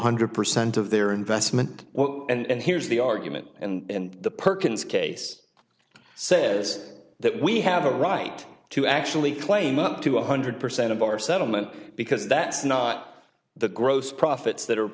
hundred percent of their investment and here's the argument and the perkins case says that we have a right to actually claim up to one hundred percent of our settlement because that's not the gross profits that